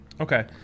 Okay